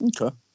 okay